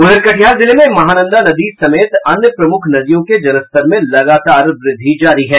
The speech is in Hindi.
उधर कटिहार जिले मे महानंदा नदी समेत अन्य प्रमुख नदियों के जलस्तर में लगातार व्रद्धि जारी है